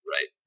right